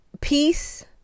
peace